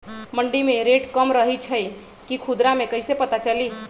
मंडी मे रेट कम रही छई कि खुदरा मे कैसे पता चली?